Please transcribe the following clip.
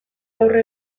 aurre